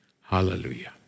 Hallelujah